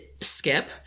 Skip